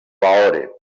lahore